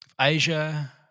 Asia